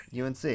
UNC